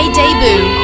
debut